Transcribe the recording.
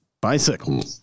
Bicycle